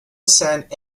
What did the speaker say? sent